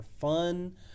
fun